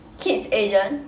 kids asian